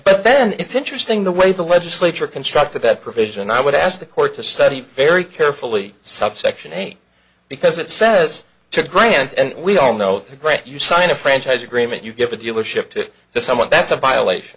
and then it's interesting the way the legislature constructed that provision i would ask the court to study very carefully subsection eight because it says to grant and we all know the great you sign a franchise agreement you give a dealership to someone that's a violation